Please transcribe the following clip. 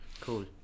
Cool